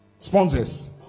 Sponsors